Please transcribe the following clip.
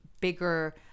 bigger